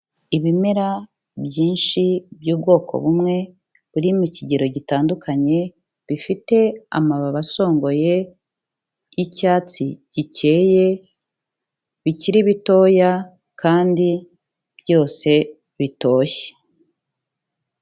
Ibimera byinshi by'ubwoko bumwe buri mu kigero gitandukanye, bifite amababi asongoye y'icyatsi gikeye, bikiri bitoya kandi byose bitoshye.